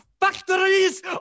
factories